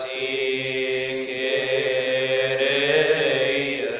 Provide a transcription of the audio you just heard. a